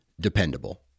dependable